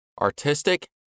Artistic